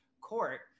court